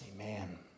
Amen